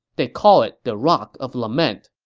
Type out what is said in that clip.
they call it the rock of lament.